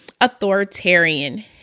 authoritarian